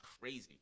crazy